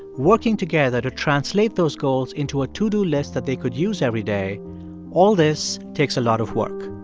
working together to translate those goals into a to-do list that they could use every day all this takes a lot of work.